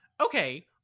okay